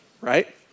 right